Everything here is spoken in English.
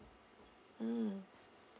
mm